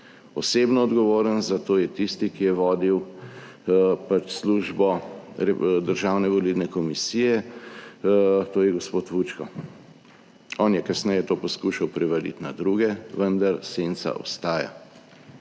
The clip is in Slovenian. Osebno odgovoren za to je tisti, ki je vodil pač službo Državne volilne komisije, to je gospod Vučko. On je kasneje to poskušal prevaliti na druge, vendar senca ostaja.